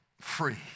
free